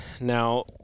Now